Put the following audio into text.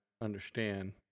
understand